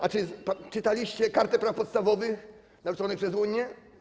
A czy czytaliście Kartę Praw Podstawowych narzuconą przez Unię?